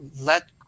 let